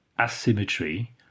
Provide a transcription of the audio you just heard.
asymmetry